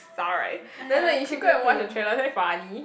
sorry no no you should go and watch the trailer very funny